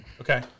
Okay